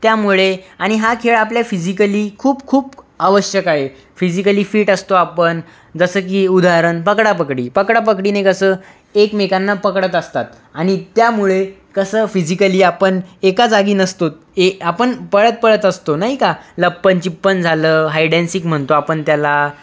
त्यामुळे आणि हा खेळ आपल्या फिजिकली खूप खूप आवश्यक आहे फिजिकली फिट असतो आपण जसं की उदाहरण पकडापकडी पकडापकडीने कसं एकमेकांना पकडत असतात आणि त्यामुळे कसं फिजिकली आपण एका जागी नसतोत ए आपण पळतपळत असतो नाही का लप्पनचीप्पन झालं हाईड अँड सिक म्हणतो आपण त्याला